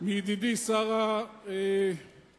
מידידי שר התחבורה: